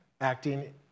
acting